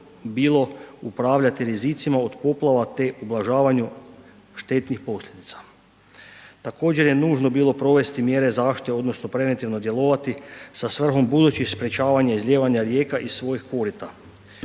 bilo upravljati rizicima od poplava te ublažavanju štetnih posljedica. Također je nužno bilo provesti mjere zaštite odnosno preventivno djelovati sa svrhom budućih sprječavanja i izlijevanja rijeka iz svojih korita.